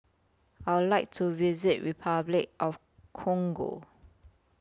I Would like to visit Repuclic of Congo